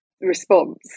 response